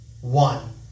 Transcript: one